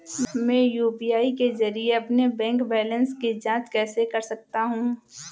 मैं यू.पी.आई के जरिए अपने बैंक बैलेंस की जाँच कैसे कर सकता हूँ?